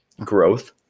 growth